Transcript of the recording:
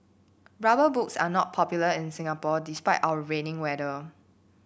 rubber boots are not popular in Singapore despite our rainy weather